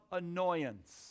annoyance